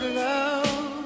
love